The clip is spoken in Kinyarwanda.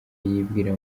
yibwira